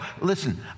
listen